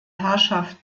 herrschaft